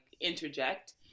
interject